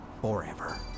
forever